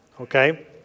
Okay